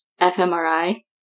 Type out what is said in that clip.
fMRI